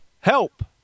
Help